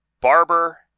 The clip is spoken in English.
Barber